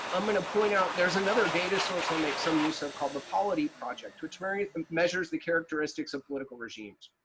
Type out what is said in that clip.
i'm going to point out there's another data source i'll make some use of called the polity project which measures the characteristics of political regimes.